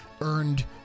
earned